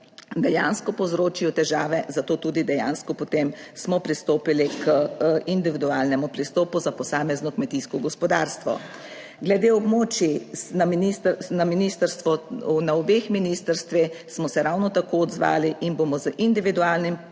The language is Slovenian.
dejansko povzročijo težave, zato tudi dejansko potem smo pristopili k individualnemu pristopu za posamezno kmetijsko gospodarstvo. Glede območij na ministrstvu, na obeh ministrstvih, smo se ravno tako odzvali in bomo z individualnim pristopom